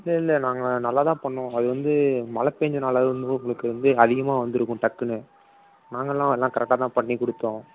இல்லை இல்லை நாங்கள் நல்லாதான் பண்ணிணோம் அது வந்து மழை பேஞ்சதுனால உங்களுக்கு வந்து அதிகமாக வந்திருக்கும் டக்குனு நாங்கெல்லாம் எல்லாம் கரெக்டாக தான் பண்ணிக் கொடுத்தோம்